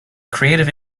creative